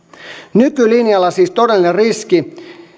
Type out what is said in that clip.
nykylinjalla siis todellinen riski